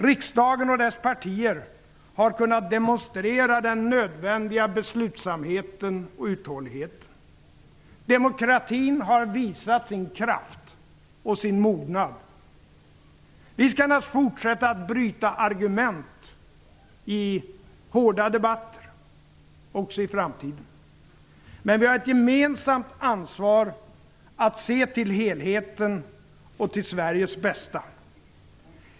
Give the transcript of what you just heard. Riksdagen och dess partier har kunnat demonstrera den nödvändiga beslutsamheten och uthålligheten. Demokratin har visat sin kraft och sin mognad. Vi skall naturligtvis fortsätta att bryta argument i hårda debatter också i framtiden. Men vi har ett gemensamt ansvar att se till helheten och till Sveriges bästa.